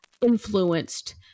influenced